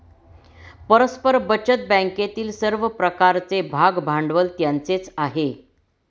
परस्पर बचत बँकेतील सर्व प्रकारचे भागभांडवल त्यांचेच आहे